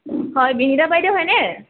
হয় বিনীতা বাইদেউ হয়নে